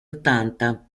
ottanta